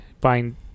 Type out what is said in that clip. find